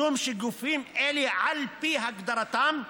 משום שגופים אלה, על פי הגדרתם,